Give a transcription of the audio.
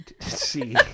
see